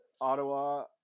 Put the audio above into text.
Ottawa